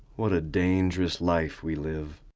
what a dangerous life we live.